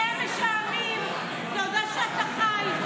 שמש העמים: תודה שאתה חי,